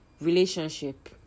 relationship